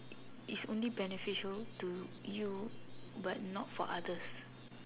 it's only beneficial to you but not for others